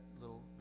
little